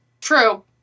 True